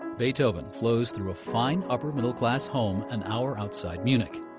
beethoven flows through a fine, upper-middle class home an hour outside munich.